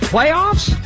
Playoffs